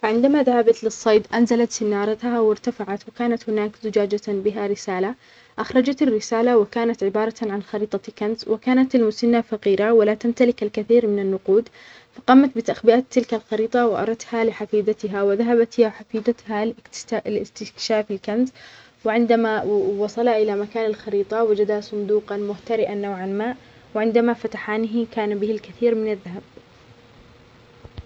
فعندما ذهبت للصيد انزلت سنارتها وارتفعت وكانت هناك زجاجة بها رسالة اخرجت الرسالة وكانت عبارة عن خريطة كنز وكانت المسنة فقيرة ولا تمتلك الكثير من النقود فقامت بتعبئة تلك الخريطة واردتها لحفيدتها وذهبت الى حفيدتها لإستكشاف الكنز وعندما وصلا الى مكان الخريطة وجدا صندوقا مهترئًا نوعا ما وعندما فتحانه كان به الكثير من الذهب.